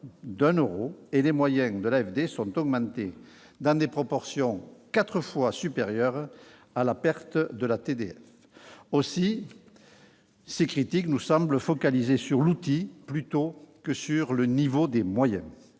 d'un euro, et les moyens de l'AFD sont augmentés dans des proportions quatre fois supérieures à la perte de la TTF. Aussi, ces critiques nous semblent focalisées sur l'outil plutôt que sur le niveau des moyens.